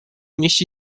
mieści